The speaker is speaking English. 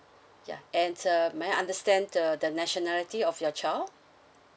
yeah and uh may I understand the the nationality of your child